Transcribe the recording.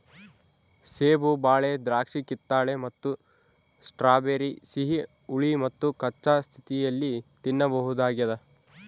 ಸೇಬು ಬಾಳೆ ದ್ರಾಕ್ಷಿಕಿತ್ತಳೆ ಮತ್ತು ಸ್ಟ್ರಾಬೆರಿ ಸಿಹಿ ಹುಳಿ ಮತ್ತುಕಚ್ಚಾ ಸ್ಥಿತಿಯಲ್ಲಿ ತಿನ್ನಬಹುದಾಗ್ಯದ